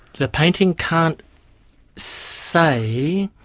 the painting can't say